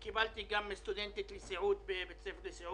קיבלתי פנייה מסטודנטית לסיעוד בבית ספר לסיעוד